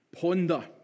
ponder